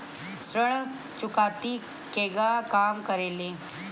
ऋण चुकौती केगा काम करेले?